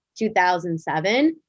2007